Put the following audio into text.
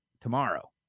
tomorrow